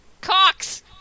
Cox